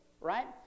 right